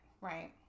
Right